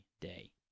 day